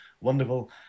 Wonderful